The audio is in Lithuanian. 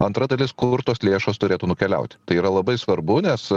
antra dalis kur tos lėšos turėtų nukeliauti tai yra labai svarbu nes